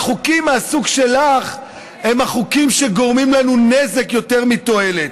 חוקים מהסוג שלך הם החוקים שגורמים לנו נזק יותר מתועלת.